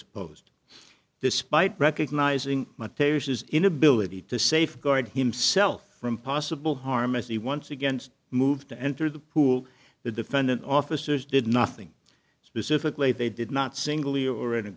posed despite recognizing my tears his inability to safeguard himself from possible harm as he once against move to enter the pool the defendant officers did nothing specifically they did not singly or in a